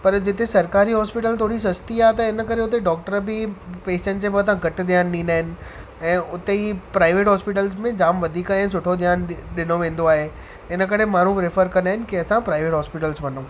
परि जिते सरकारी हॉस्पिटल थोड़ी सस्ती आहे त हिन करे हुते डॉक्टर बि पेशंट जे मथा घटि ध्यानु ॾीन्दा आहिनि ऐं उते जी प्राइवेट हॉस्पिटल्स में जाम वधीक ऐं सुठो ध्यानु ॾिनो वेन्दो आहे हिन करे माण्हू रिफर कंदा आहिनि की असां प्राइवेट हॉस्पिटल्स में वञूं